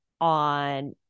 on